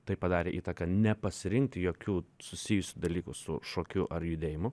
tai padarė įtaką nepasirinkti jokių susijusių dalykų su šokiu ar judėjimu